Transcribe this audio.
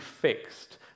fixed